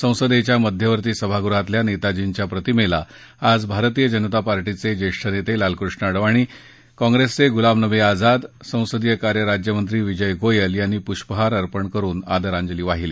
संसदेच्या मध्यवर्ती सभागृहातल्या नेताजींच्या प्रतिमेला आज भारतीय जनता पार्टीचे ज्येष्ठ नेते लालकृष्ण अडवाणी काँप्रेसचे गुलाम नबी आझाद संसदीय कार्य राज्यमंत्री विजय गोयल यांनी पुष्पहार अर्पण करुन आदरांजली वाहिली